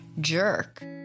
jerk